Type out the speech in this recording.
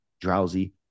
drowsy